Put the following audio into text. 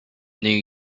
new